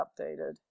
updated